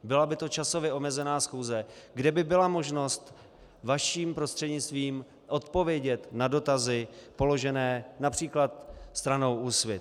Byla by to časově omezená schůze, kde by byla možnost vaším prostřednictvím odpovědět na dotazy položené například stranou Úsvit.